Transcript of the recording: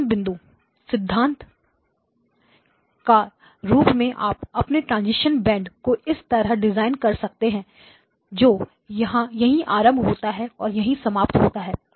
प्रश्न बिंदु सिद्धांत एक रूप से आप अपनेट्रांजीशन बैंड को इस तरह डिज़ाइन कर सकते हैं जो यही आरंभ होता है और यही समाप्त होता है